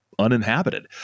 Uninhabited